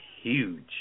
huge